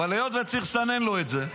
אבל היות שצריך לסנן את זה,